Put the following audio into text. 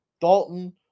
Dalton